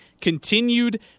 continued